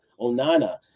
Onana